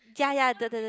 ya ya the the the